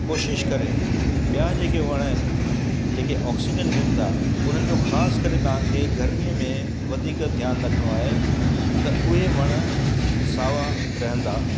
कोशिश करे ॿिया जे के वण आहिनि जेके ऑक्सीजन ॾियनि उन्हनि जो ख़ासि करे तव्हांखे गर्मीअ में वधीक ध्यानु रखिणो आहे त उहे वण सावा रहंदा